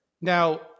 Now